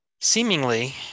seemingly